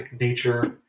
nature